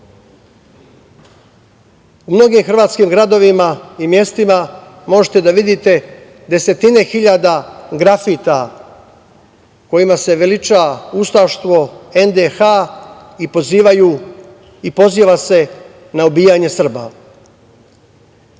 U mnogim hrvatskim gradovima i mestima možete da vidite desetine hiljada grafita kojima se veliča ustaštvo, NDH i pozivaju i poziva se na ubijanje Srba. Na